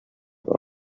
wenn